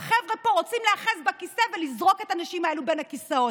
והחבר'ה פה רוצים להיאחז בכיסא ולזרוק את הנשים האלה בין הכיסאות.